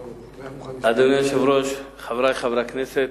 אדוני היושב-ראש, חברי חברי הכנסת,